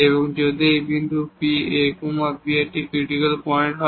এবং যদি এই বিন্দু P a b একটি ক্রিটিকাল পয়েন্ট হয়